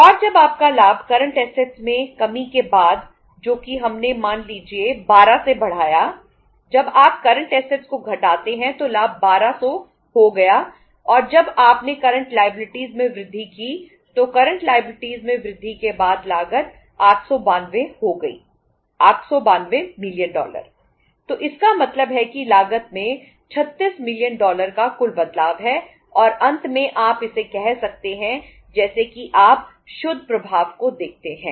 और जब आपका लाभ करंट ऐसेट का कुल बदलाव है और अंत में आप इसे कह सकते हैं जैसे कि आप शुद्ध प्रभाव को देखते हैं